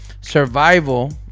survival